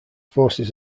forces